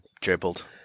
dribbled